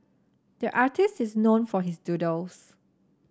the artist is known for his doodles